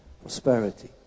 prosperity